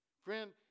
Friend